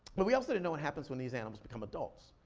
but we also didn't know what happens when these animals become adults.